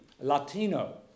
Latino